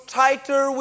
tighter